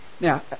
Now